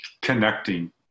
connecting